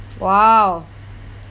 !wow!